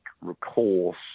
recourse